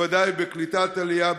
בוודאי בקליטת עלייה,